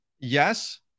yes